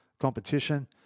competition